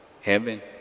Heaven